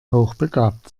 hochbegabt